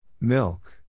Milk